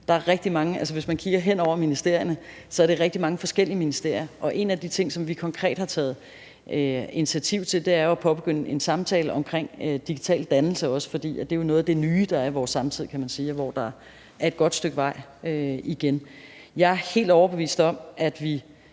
Hvis man kigger hen over ministerierne, er det rigtig mange forskellige ministerier, det involverer. En af de ting, som vi konkret har taget initiativ til, er at påbegynde en samtale om digital dannelse, for det er jo noget af det nye, der er i vores samtid, og hvor der er et godt et stykke vej igen. Jeg er helt overbevist om, at vi